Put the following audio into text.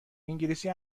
انگلیسی